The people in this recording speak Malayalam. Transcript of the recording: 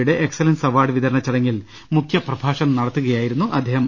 യുടെ എക്സല്ലൻസ് അവാർഡ് വിതരണ ചടങ്ങിൽ മുഖ്യ പ്രഭാഷണം ന്ടത്തുക്യായിരുന്നു അദ്ദേഹം